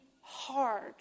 hard